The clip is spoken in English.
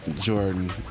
Jordan